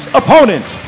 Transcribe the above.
opponent